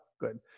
good